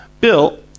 Bill